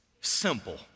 simple